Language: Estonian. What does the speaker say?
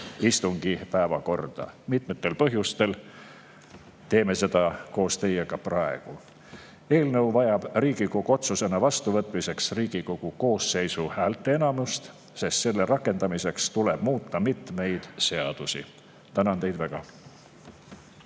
istungi päevakorda. Mitmel põhjusel teeme seda koos teiega praegu. Eelnõu vajab Riigikogu otsusena vastuvõtmiseks Riigikogu koosseisu häälteenamust, sest selle rakendamiseks tuleb muuta mitmeid seadusi. Tänan teid väga.